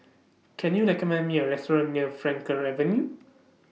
Can YOU recommend Me A Restaurant near Frankel Avenue